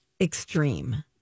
extreme